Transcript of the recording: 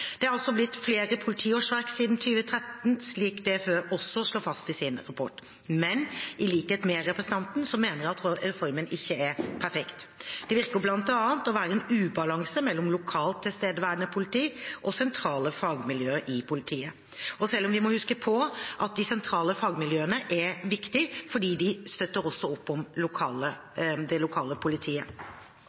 Det har altså blitt flere politiårsverk siden 2013, slik DFØ også slår fast i sin rapport. Men i likhet med representanten mener jeg at reformen ikke er perfekt. Det virker bl.a. å være en ubalanse mellom lokalt tilstedeværende politi og sentrale fagmiljøer i politiet – selv om vi må huske at de sentrale fagmiljøene er viktige fordi de også støtter opp om det lokale politiet.